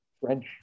French